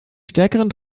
stärkeren